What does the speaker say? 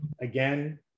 Again